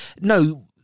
no